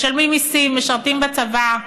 משלמים מיסים, משרתים בצבא.